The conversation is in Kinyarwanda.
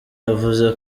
yavuze